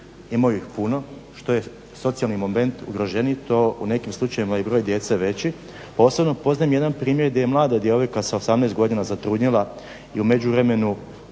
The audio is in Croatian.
imaju ih puno, što je socijalni moment ugroženiji, to u nekim slučajevima je broj djece veći. Osobno poznam jedan primjer gdje je mlada djevojka sa 18 godina zatrudnjela i u međuvremenu